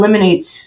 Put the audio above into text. eliminates